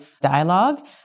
dialogue